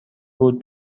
بود